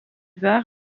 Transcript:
var